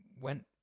went